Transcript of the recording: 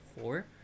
four